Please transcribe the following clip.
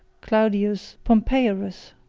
claudius pompeiarus,